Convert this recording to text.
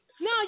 No